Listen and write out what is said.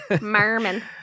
merman